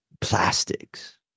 plastics